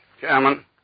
Chairman